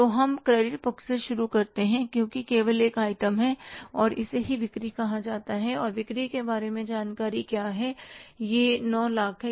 तो हम क्रेडिट पक्ष से शुरू करते हैं क्योंकि केवल एक आइटम है और इसे ही बिक्री कहा जाता है और बिक्री के बारे में जानकारी क्या है यह 9 लाख है